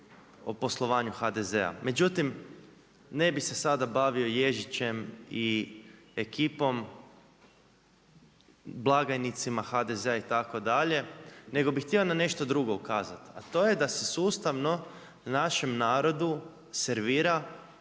o poslovanju HDZ-a. Međutim, ne bi se sada bavio Ježičem i ekipom, blagajnicima HDZ-a itd. nego bi htio na nešto drugo ukazati. A to je da se sustavno u našem narodu servira